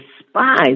despise